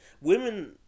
Women